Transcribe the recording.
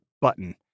button